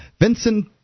Vincent